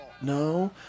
No